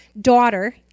daughter